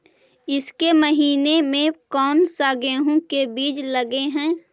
ईसके महीने मे कोन सा गेहूं के बीज लगे है?